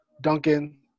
Duncan